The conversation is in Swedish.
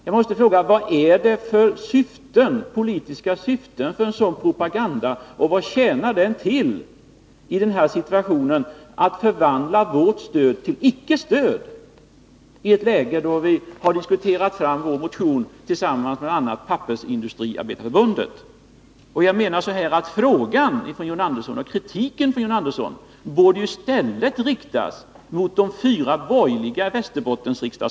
Jag måste fråga: Vilka politiska syften ligger bakom en sådan propaganda och vad tjänar den till? Varför vill man förvandla vårt stöd till ett icke-stöd. Vi har diskuterat fram vår motion tillsammans med bl.a. Pappersindustriarbetareförbundet? John Anderssons kritik borde enligt min mening i stället riktas mot de fyra borgerliga Västerbottensledamöterna.